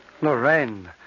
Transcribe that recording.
Lorraine